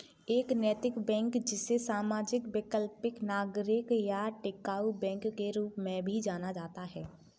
एक नैतिक बैंक जिसे सामाजिक वैकल्पिक नागरिक या टिकाऊ बैंक के रूप में भी जाना जाता है